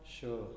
Sure